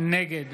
נגד